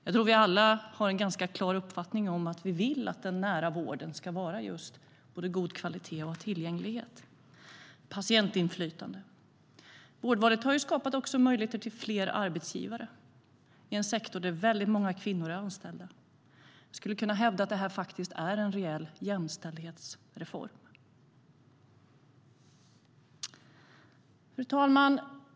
Jag tror att vi alla har en ganska klar uppfattning om att vi vill att den nära vården ska vara av god kvalitet och ha tillgänglighet och patientinflytande. Vårdvalet har också skapat möjlighet till fler arbetsgivare i en sektor där väldigt många kvinnor är anställda. Man skulle kunna hävda att detta är en reell jämställdhetsreform. Fru talman!